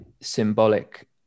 symbolic